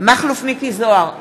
מכלוף מיקי זוהר,